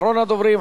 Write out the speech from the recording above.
אחרון הדוברים,